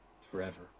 Forever